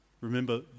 Remember